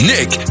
Nick